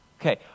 Okay